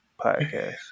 podcast